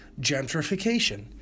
gentrification